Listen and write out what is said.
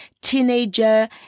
teenager